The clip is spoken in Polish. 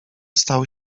stał